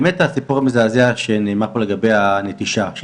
הבאמת מזעזע שנאמר פה לגבי הנטישה.